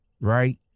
right